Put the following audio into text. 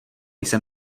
jsem